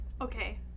Okay